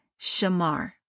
Shamar